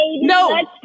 no